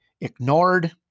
ignored